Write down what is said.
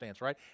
right